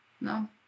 No